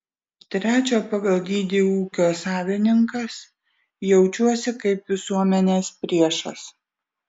trečio pagal dydį ūkio savininkas jaučiuosi kaip visuomenės priešas